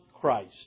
Christ